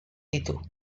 ditu